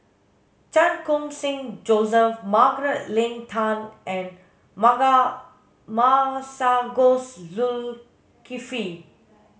Chan Khun Sing Joseph Margaret Leng Tan and Masagos Zulkifli